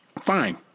Fine